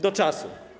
Do czasu.